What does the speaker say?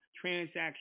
transaction